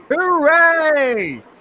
Hooray